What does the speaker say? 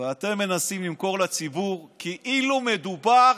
ואתם מנסים למכור לציבור כאילו מדובר